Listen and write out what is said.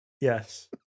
Yes